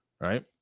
Right